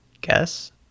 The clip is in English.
guess